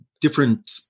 different